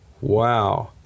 Wow